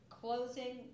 closing